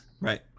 Right